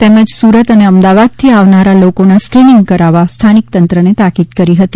તેમજ સુરત અને અમદાવાદથી આવનારા લોકોના સ્ક્રીનીંગ કરાવવા સ્થાનિક તંત્રને તાકીદ કરી હતી